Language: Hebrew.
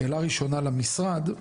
שאלה ראשונה למשרד,